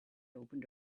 opened